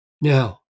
Now